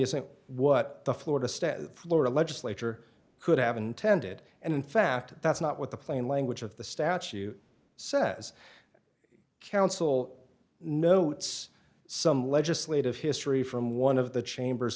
isn't what the florida state of florida legislature could have intended and in fact that's not what the plain language of the statute says counsel notes some legislative history from one of the chambers